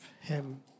him